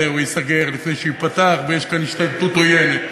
ייסגר לפני שהוא ייפתח ויש כאן השתלטות עוינת.